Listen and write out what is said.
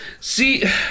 See